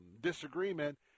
disagreement